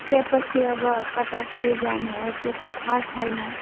त्यसपछि अब कता के जाने हो त्यो त थाहा छैन